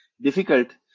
difficult